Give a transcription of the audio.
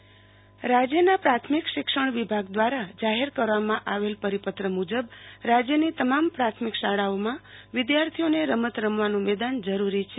શિક્ષણ વિભાગ મેદાન રાજયમાં પ્રાથમિક શિક્ષણ વિભાગ દ્રારા જાહેર કરવામાં આવેલ પરિપત્ર મુજબ રાજયની તમામ પ્રાથમિક શાળાઓમાં વિધાર્થીઓને રમત રમવાનું મેદન્ન જરૂરી છે